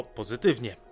pozytywnie